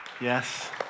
Yes